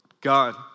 God